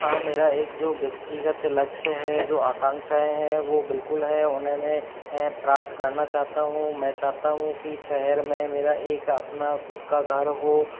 हाँ मेरा जो एक व्यक्तिगत लक्ष्य है जो आकांक्षाएँ हैं वो बिल्कुल है उन्हें मैं प्राप्त करना चाहता हूँ मैं चाहता हूँ कि शहर में मेरा एक अपना खुद का घर हो